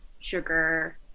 sugar